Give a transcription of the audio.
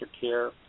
care